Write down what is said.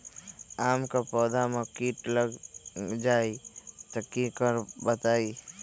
आम क पौधा म कीट लग जई त की करब बताई?